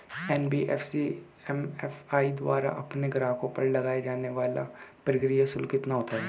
NBFC MFI द्वारा अपने ग्राहकों पर लगाए जाने वाला प्रक्रिया शुल्क कितना होता है?